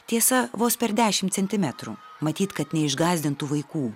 tiesa vos per dešimt centimetrų matyt kad neišgąsdintų vaikų